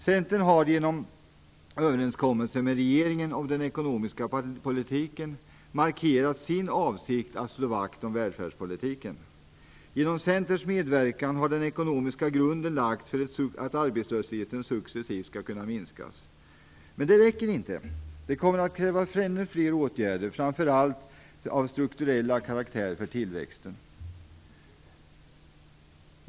Centern har genom överenskommelse med regeringen om den ekonomiska politiken markerat sin avsikt att slå vakt om välfärdspolitiken. Genom Centerns medverkan har den ekonomiska grunden lagts för att arbetslösheten successivt skall kunna minskas. Men det räcker inte. Det kommer att krävas ännu fler åtgärder, framför allt av strukturell karaktär, för tillväxten. Fru talman!